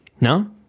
No